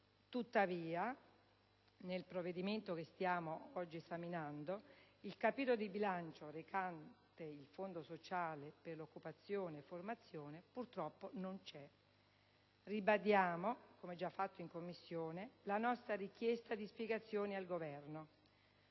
Tuttavia, nel provvedimento che stiamo esaminando, il capitolo di bilancio recante il Fondo sociale per occupazione e formazione non c'è. Ribadiamo, come già fatto in Commissione, la nostra richiesta di spiegazioni al Governo.